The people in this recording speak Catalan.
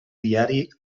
diari